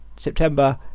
September